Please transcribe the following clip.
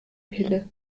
pille